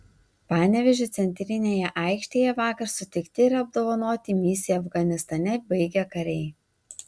panevėžio centrinėje aikštėje vakar sutikti ir apdovanoti misiją afganistane baigę kariai